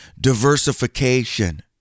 diversification